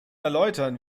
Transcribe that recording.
erläutern